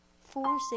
forcing